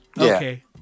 Okay